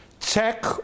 check